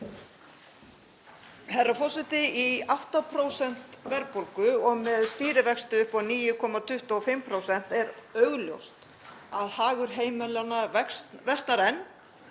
Herra forseti. Í 8% verðbólgu og með stýrivexti upp á 9,25% er augljóst að hagur heimilanna versnar enn